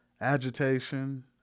agitation